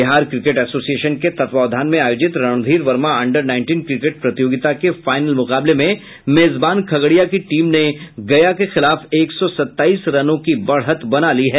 Bihar cricket association के तत्वावधान में आयोजित Randhir Verma under nineteen cricket प्रतियोगिता के फाइनल मुकाबले में मेजबान खगड़िया की टीम ने गया के खिलाफ एक सौ सत्ताईस रनों की बढ़त बना ली है